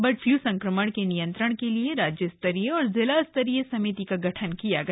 bird flu संक्रमण के नियंत्रण के लिए राज्य स्तरीय और जिलास्तरीय समिति का गठन किया गया